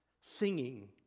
singing